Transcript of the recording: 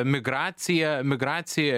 migraciją migraciją